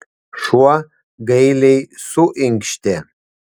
šuo gailiai suinkštė